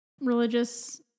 religious